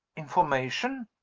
information!